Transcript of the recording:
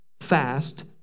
fast